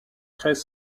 crais